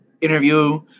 interview